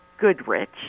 Goodrich